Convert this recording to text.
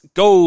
go